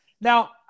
Now